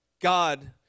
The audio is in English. God